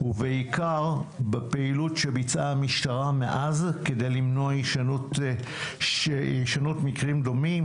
ובעיקר בפעילות שביצעה המשטרה מאז כדי למנוע הישנות של מקרים קשים דומים